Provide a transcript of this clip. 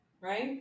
right